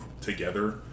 together